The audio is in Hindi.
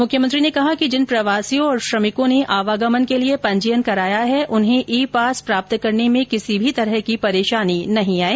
मुख्यमंत्री ने कहा कि जिन प्रवासियों और श्रमिकों ने आवागमन के लिए पंजीयन कराया है उन्हें ई पास प्राप्त करने में किसी भी तरह की परेशानी नहीं आए